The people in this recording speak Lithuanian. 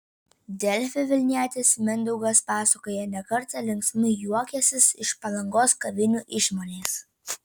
delfi vilnietis mindaugas pasakoja ne kartą linksmai juokęsis iš palangos kavinių išmonės